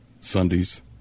Sundays